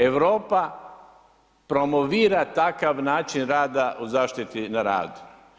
Europa promovira takav način rada u zaštiti na radu.